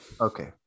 Okay